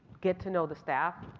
get to know the staff,